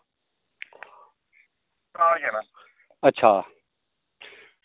अच्छा